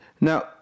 Now